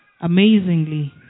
amazingly